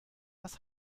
was